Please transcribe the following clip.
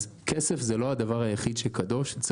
כסף זה לא הדבר הקדוש היחיד,